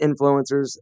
influencers